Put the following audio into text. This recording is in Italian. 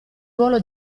ruolo